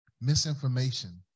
misinformation